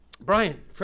Brian